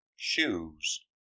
shoes